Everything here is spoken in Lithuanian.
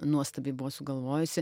nuostabiai buvo sugalvojusi